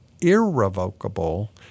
irrevocable